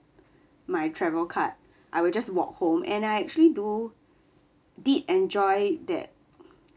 my travel card I will just walk home and I actually do did enjoy that